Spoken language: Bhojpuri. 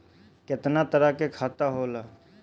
केतना तरह के खाता होला?